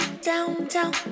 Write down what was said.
downtown